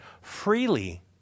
freely